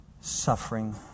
suffering